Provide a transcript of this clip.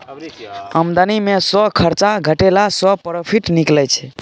आमदनी मे सँ खरचा घटेला सँ प्रोफिट निकलै छै